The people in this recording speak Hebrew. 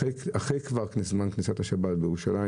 אחרי כניסת השבת בירושלים,